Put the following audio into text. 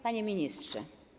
Panie Ministrze!